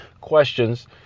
questions